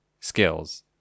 skills